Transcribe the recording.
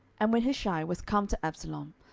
and when hushai was come to absalom,